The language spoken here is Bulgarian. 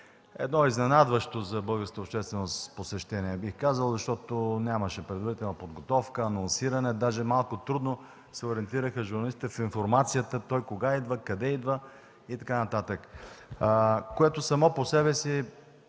Едно изненадващо за българската общественост посещение, бих казал, защото нямаше предварителна подготовка, анонсиране, даже малко трудно журналистите се ориентираха в информацията той кога идва, къде идва и така нататък, което само по себе си